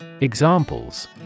Examples